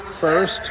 first